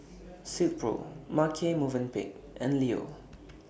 Silkpro Marche Movenpick and Leo